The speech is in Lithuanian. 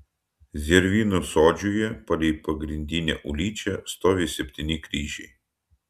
zervynų sodžiuje palei pagrindinę ulyčią stovi septyni kryžiai